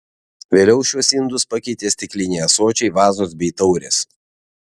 vėliau šiuos indus pakeitė stikliniai ąsočiai vazos bei taurės